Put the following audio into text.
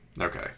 Okay